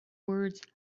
words